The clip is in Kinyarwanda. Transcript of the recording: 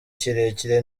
kirekire